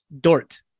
Dort